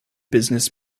business